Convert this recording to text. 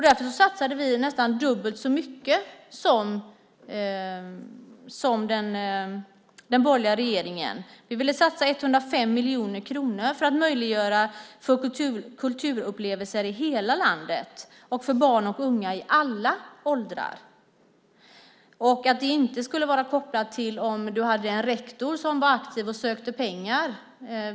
Därför satsade vi nästan dubbelt så mycket som den borgerliga regeringen. Vi ville satsa 105 miljoner kronor för att möjliggöra kulturupplevelser i hela landet och för barn och unga i alla åldrar. Det skulle inte vara kopplat till om rektorn var aktiv och sökte pengar.